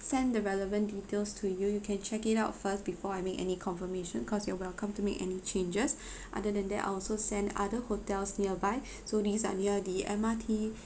send the relevant details to you you can check it out first before I make any confirmation cause you're welcome to make any changes other than that I'll also send other hotels nearby so these are near the M_R_T